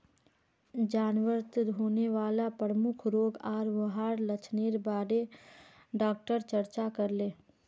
जानवरत होने वाला प्रमुख रोग आर वहार लक्षनेर बारे डॉक्टर चर्चा करले